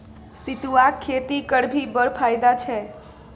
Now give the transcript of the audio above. सितुआक खेती करभी बड़ फायदा छै